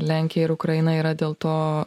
lenkija ir ukraina yra dėl to